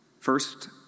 First